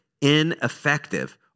Ineffective